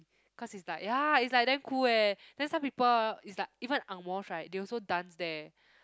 cause it's like ya it's like damn cool eh then some people ah it's like even angmohs right they also dance there